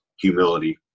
humility